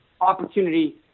opportunity